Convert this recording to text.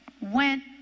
went